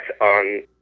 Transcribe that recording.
on